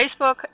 Facebook